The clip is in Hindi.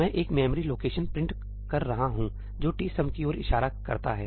मैं एक मेमोरी लोकेशन प्रिंट कर रहा हूं जो tsum की ओर इशारा करता है